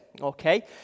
okay